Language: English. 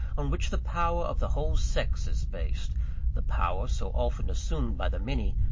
on which the power of the whole sex is based the power so often assumed by the many,